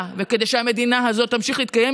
וכדי שהמדינה הזאת ימשיכו להתקיים,